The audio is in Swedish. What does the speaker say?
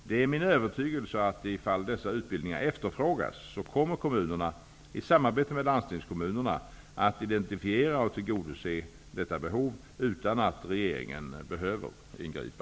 Det är min övertygelse att ifall dessa utbildningar efterfrågas, kommer kommunerna i samarbete med landstingskommunerna att identifiera och tillgodose detta behov utan att regeringen behöver ingripa.